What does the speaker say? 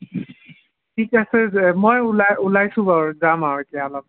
ঠিক আছে যে মই ওলাই ওলাইছোঁ বাৰু যাম আৰু এতিয়া অলপ